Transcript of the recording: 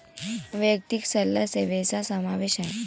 वैयक्तिक सल्ला सेवेचा समावेश आहे